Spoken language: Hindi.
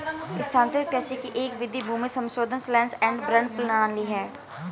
स्थानांतरित कृषि की एक विधि भूमि समाशोधन स्लैश एंड बर्न प्रणाली है